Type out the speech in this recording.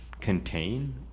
contain